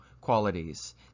qualities